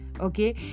okay